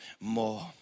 more